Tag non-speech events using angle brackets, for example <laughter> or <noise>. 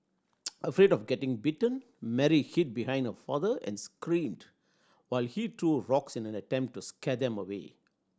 <noise> afraid of getting bitten Mary hid behind her father and screamed while he threw rocks in an attempt to scare them away